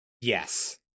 Yes